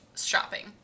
shopping